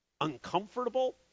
uncomfortable